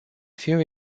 few